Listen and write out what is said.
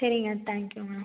சரிங்க தேங்க்யூங்க